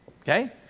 Okay